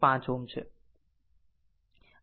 Ω છે